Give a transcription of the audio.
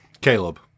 Caleb